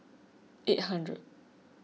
eight hundred